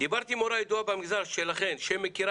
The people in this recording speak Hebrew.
'דיברתי עם מורה ידועה במגזר שלכן שמכירה